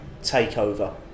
takeover